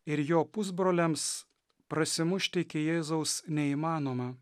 ir jo pusbroliams prasimušti iki jėzaus neįmanoma